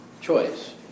choice